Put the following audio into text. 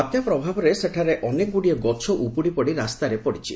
ଏହାର ପ୍ରଭାବରେ ସେଠାରେ ଅନେକ ଗୁଡ଼ିଏ ଗଛ ଉପୁଡ଼ି ପଡ଼ି ରାସ୍ତାରେ ପଡ଼ିଛି